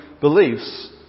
beliefs